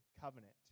covenant